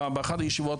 באחת הישיבות,